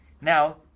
Now